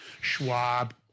Schwab